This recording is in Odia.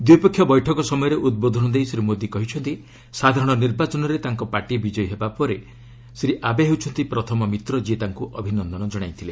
ଦ୍ୱିପକ୍ଷିୟ ବୈଠକ ସମୟରେ ଉଦ୍ବୋଧନ ଦେଇ ଶ୍ରୀ ମୋଦୀ କହିଛନ୍ତି ସାଧାରଣ ନିର୍ବାଚନରେ ତାଙ୍କ ପାର୍ଟି ବିଜୟୀ ହେବା ପରେ ଶ୍ରୀ ଆବେ ହେଉଛନ୍ତି ପ୍ରଥମ ମିତ୍ର ଯିଏ ତାଙ୍କୁ ଅଭିନନ୍ଦନ ଜଣାଇଥିଲେ